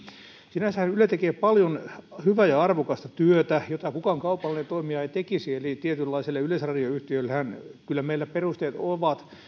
sinänsä yle tekee paljon hyvää ja arvokasta työtä jota kukaan kaupallinen toimija ei tekisi eli tietynlaiselle yleisradioyhtiöllehän kyllä meillä perusteet ovat